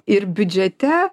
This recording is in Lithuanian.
ir biudžete